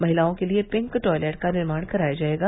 महिलाओं के लिए पिंक टॉयलेट का निर्माण कराया जायेगा